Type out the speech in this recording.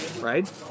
right